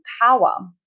power